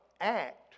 act